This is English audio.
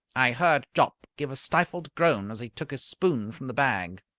i heard jopp give a stifled groan as he took his spoon from the bag.